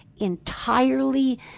entirely